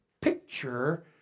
picture